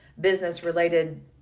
business-related